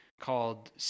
called